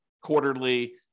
quarterly